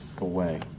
away